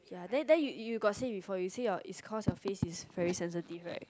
ya then then you you got say before you say your is cause your face is very sensitive right